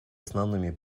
основными